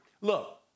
Look